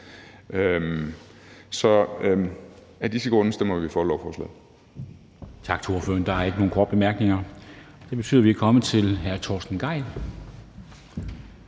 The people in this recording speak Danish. Så af disse grunde stemmer vi for lovforslaget.